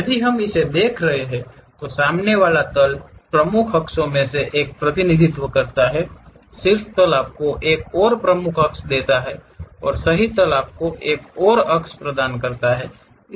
यदि हम इसे देख रहे हैं तो सामने वाला तल प्रमुख अक्षों में से एक का प्रतिनिधित्व करता है शीर्ष तल आपको एक और प्रमुख अक्ष देता है और सही तल आपको एक और अक्ष प्रदान करता है